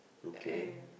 okay